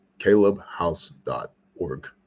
calebhouse.org